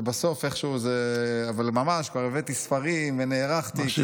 ובסוף איכשהו, אבל ממש, כבר הבאתי ספרים ונערכתי.